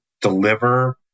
deliver